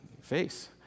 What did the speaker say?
face